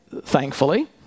Thankfully